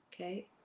Okay